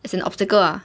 as an obstacle ah